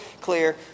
clear